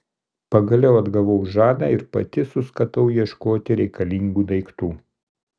pagaliau atgavau žadą ir pati suskatau ieškoti reikalingų daiktų